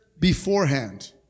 beforehand